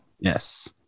Yes